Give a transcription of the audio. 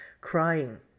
crying